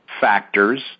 factors